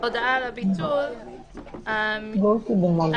לאחר ששקלו את הפגיעה בזכויותיהם של העצורים והאסירים ,